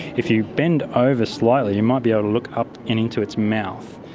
if you bend over slightly you might be able to look up and into its mouth.